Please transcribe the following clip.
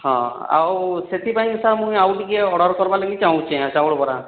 ହଁ ଆଉ ସେଥିପାଇଁ ସାର୍ ମୁଇଁ ଆଉ ଟିକେ ଅର୍ଡର୍ କରିବା ଲାଗି ଚାହୁଁଚେ ଚାଉଳ ବରା